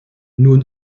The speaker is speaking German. nun